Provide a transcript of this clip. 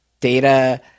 data